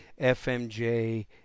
FMJ